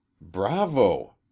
Bravo